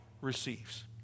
receives